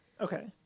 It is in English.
Okay